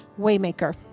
Waymaker